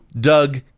Doug